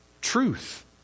Truth